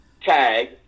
tag